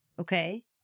Okay